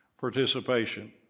participation